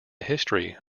history